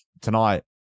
tonight